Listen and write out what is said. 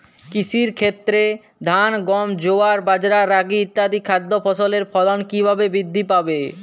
কৃষির ক্ষেত্রে ধান গম জোয়ার বাজরা রাগি ইত্যাদি খাদ্য ফসলের ফলন কীভাবে বৃদ্ধি পাবে?